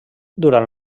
durant